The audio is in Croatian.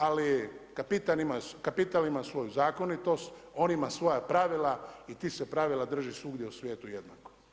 Ali kapital ima svoju zakonitost, on ima svoja pravila i tih se pravila drži svugdje u svijetu jednako.